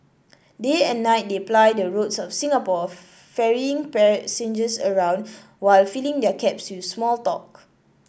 day and night they ply the roads of Singapore ferrying passengers around while filling their cabs with small talk